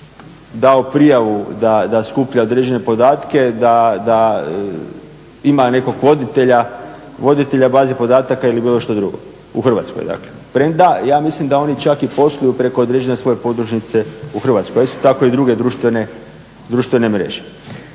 dao prijavu da skuplja određene podatke, da ima nekog voditelja u bazi podataka ili bilo što drugo u Hrvatskoj. Premda ja mislim da oni čak i posluju preko određene svoje podružnice u Hrvatskoj a isto tako i druge društvene mreže.